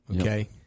okay